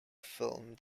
film